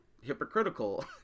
hypocritical